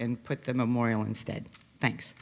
and put the memorial instead thanks